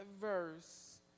verse